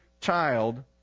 child